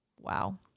Wow